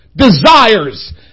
desires